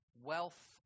wealth